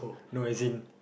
no as in